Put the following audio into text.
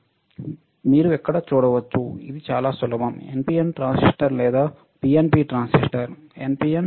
మీరు ఇక్కడ చూడవచ్చు ఇది చాలా సులభం NPN ట్రాన్సిస్టర్ లేదా PNP transistor NPN PNP transistor